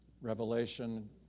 revelation